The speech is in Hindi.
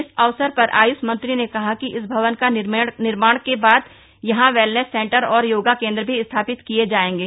इस अवसर पर आयुष मंत्री ने कहा कि इस भवन का निर्माण के बाद यहां वेलनेस सेन्टर और योगा केन्द्र भी स्थापित किये जायेगें